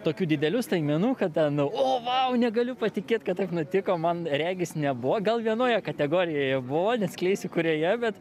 tokių didelių staigmenų kad o vau negaliu patikėti kad taip nutiko man regis nebuvo gal vienoje kategorijoje buvo neatskleisiu kurioje bet